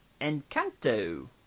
encanto